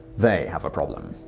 they have a problem.